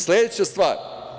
Sledeća stvar.